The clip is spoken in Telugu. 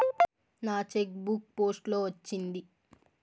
నా చెక్ బుక్ పోస్ట్ లో వచ్చింది